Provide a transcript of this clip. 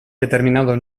determinado